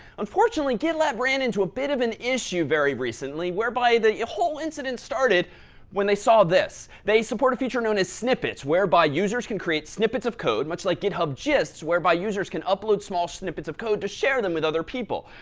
unfortunately, gitlab ran into a bit of an issue very recently. the whole incident started when they saw this. they support a feature known as snippets, whereby users can create snippets of code, much like github gist, whereby users can upload small snippets of code to share them with other people.